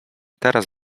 teraz